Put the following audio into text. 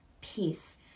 peace